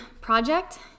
project